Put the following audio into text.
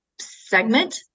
segment